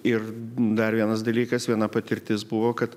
ir dar vienas dalykas viena patirtis buvo kad